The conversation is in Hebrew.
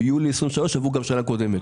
ביולי 23' גם עבור שנה קודמת.